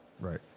right